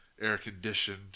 air-conditioned